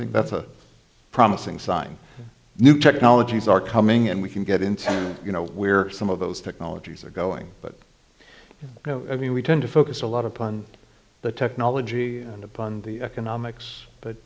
think that's a promising sign new technologies are coming and we can get into you know where some of those technologies are going but i mean we tend to focus a lot of pun the technology and upon the economics but